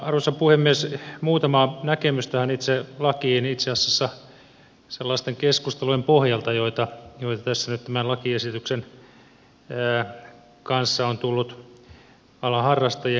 muutama näkemys tähän itse lakiin itse asiassa sellaisten keskustelujen pohjalta joita tässä nyt tämän lakiesityksen kanssa on tullut alan harrastajien kanssa käytyä